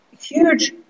huge